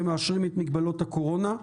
שמאשרים את מגבלות הקורונה,